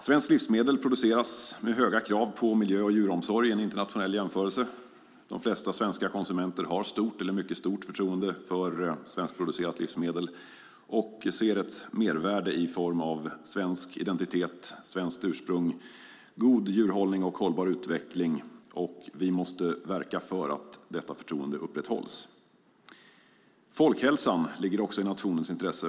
Svenska livsmedel produceras med höga krav på miljö och djuromsorg i en internationell jämförelse. De flesta svenska konsumenter har stort eller mycket stort förtroende för svenskproducerade livsmedel och ser ett mervärde i form av svensk identitet, svenskt ursprung, god djurhållning och hållbar utveckling. Vi måste verka för att detta förtroende upprätthålls. Folkhälsan ligger också i nationens intresse.